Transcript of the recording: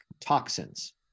toxins